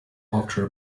after